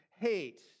hate